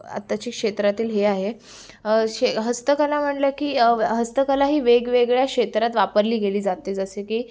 आत्ताचे क्षेत्रातील हे आहे शे हस्तकला म्हणलं की हस्तकला ही वेगवेगळ्या क्षेत्रात वापरली गेली जाते जसं की